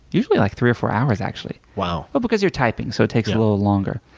usually like three or four hours, actually. wow. well, because you're typing so it takes a little longer.